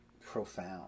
profound